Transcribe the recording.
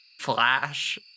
flash